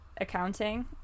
accounting